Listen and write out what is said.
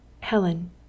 Helen